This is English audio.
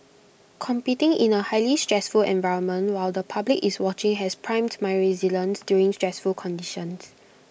competing in A highly stressful environment while the public is watching has primed my resilience during stressful conditions